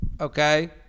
okay